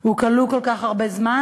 הוא כלוא כל כך הרבה זמן?